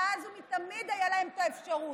מאז ומתמיד הייתה להם את האפשרות.